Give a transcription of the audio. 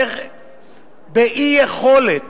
באי-יכולת